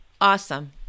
Awesome